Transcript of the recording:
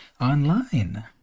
online